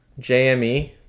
jme